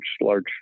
large